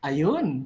Ayun